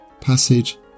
passage